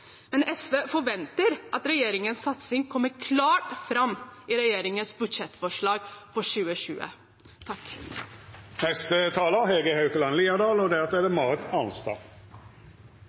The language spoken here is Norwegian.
SV forventer at regjeringens satsing kommer klart fram i regjeringens budsjettforslag for 2020. Jeg vil ta med folk i denne sal hjem til Haugesund, til dyktige fagmiljø og